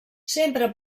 sempre